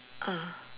ah